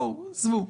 בואו, עזבו.